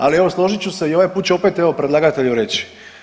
Ali evo složit ću se i ovaj put ću opet evo predlagatelju reći.